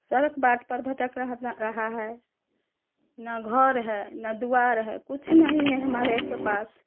सड़क बाट पर भटक र रहा है ना घर है ना द्वार है कुछ नहीं हैं हमारे के पास